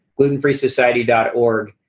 glutenfreesociety.org